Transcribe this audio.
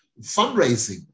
fundraising